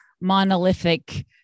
monolithic